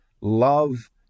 love